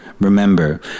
Remember